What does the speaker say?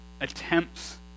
attempts